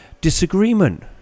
disagreement